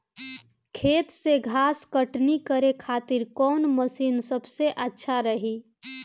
खेत से घास कटनी करे खातिर कौन मशीन सबसे अच्छा रही?